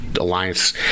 Alliance